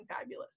fabulous